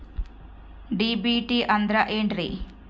DBT ಅಂದ್ರ ಏನ್ರಿ?